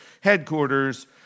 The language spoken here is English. headquarters